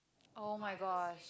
oh-my-gosh